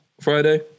Friday